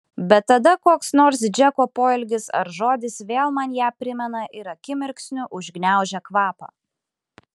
bet tada koks nors džeko poelgis ar žodis vėl man ją primena ir akimirksniu užgniaužia kvapą